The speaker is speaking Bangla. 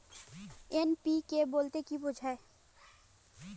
এন.পি.কে বলতে কী বোঝায়?